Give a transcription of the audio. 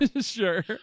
sure